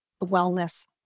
wellness